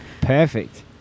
Perfect